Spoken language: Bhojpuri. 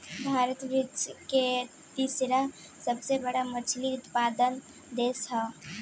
भारत विश्व के तीसरा सबसे बड़ मछली उत्पादक देश ह